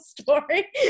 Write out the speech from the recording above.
story